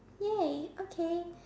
ya okay